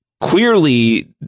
clearly